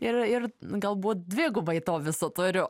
ir ir galbūt dvigubai to viso turiu